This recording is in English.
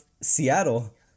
Seattle